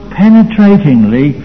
penetratingly